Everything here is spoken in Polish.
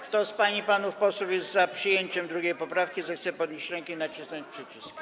Kto z pań i panów posłów jest za przyjęciem 2. poprawki, zechce podnieść rękę i nacisnąć przycisk.